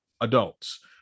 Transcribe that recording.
adults